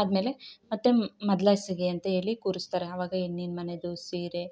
ಆದ್ಮೇಲೆ ಮತ್ತೆ ಮದ್ಲಾಸಿಗೆ ಅಂತ ಹೇಳಿ ಕೂರಿಸ್ತಾರೆ ಆವಾಗ ಹೆಣ್ಣಿನ ಮನೇದು ಸೀರೆ